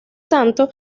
tanto